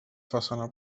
façana